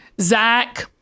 Zach